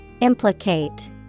Implicate